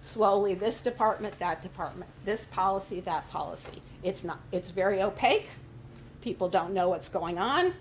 slowly this department that department this policy that policy it's not it's very opaque people don't know what's going on